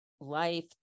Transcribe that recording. life